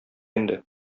инде